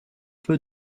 peu